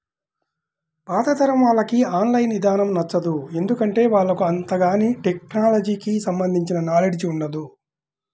పాతతరం వాళ్లకి online ఇదానం నచ్చదు, ఎందుకంటే వాళ్లకు అంతగాని టెక్నలజీకి సంబంధించిన నాలెడ్జ్ ఉండదు